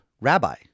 rabbi